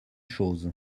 chose